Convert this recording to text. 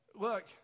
Look